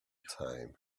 time